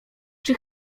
czy